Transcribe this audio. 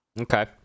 okay